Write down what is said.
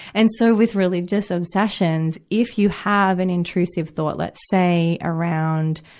and so with religious obsessions, if you have an intrusive thought, let's say around,